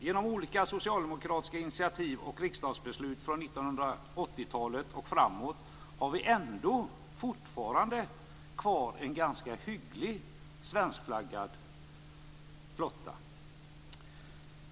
Genom olika socialdemokratiska initiativ och riksdagsbeslut från 1980-talet och framåt har vi ändå fortfarande kvar en ganska hygglig svenskflaggad flotta.